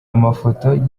amafoto